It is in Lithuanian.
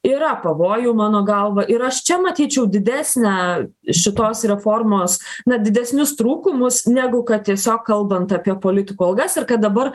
yra pavojų mano galva ir aš čia matyčiau didesnę šitos reformos na didesnius trūkumus negu kad tiesiog kalbant apie politikų algas ir kad dabar